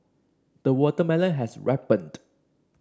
the watermelon has ripened